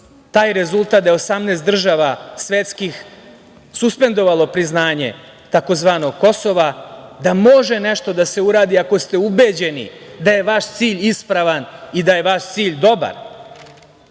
taj rezultat da je 18 država svetskih suspendovalo priznanje tzv. „Kosova“, da može nešto da se uradi ako ste ubeđeni da je vaš cilj ispravan i da je vaš cilj dobar. Mi